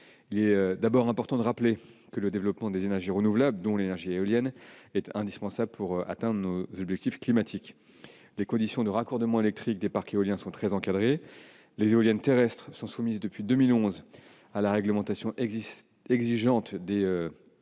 Il est important de le rappeler, le développement des énergies renouvelables, dont l'énergie éolienne, est indispensable pour atteindre nos objectifs climatiques. Les conditions de raccordement électrique des parcs éoliens sont très encadrées. Depuis 2011, les éoliennes terrestres sont soumises à la réglementation exigeante des